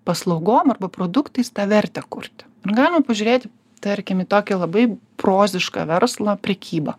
paslaugom arba produktais tą vertę kurti galima pažiūrėti tarkim į tokį labai prozišką verslą prekybą